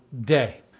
day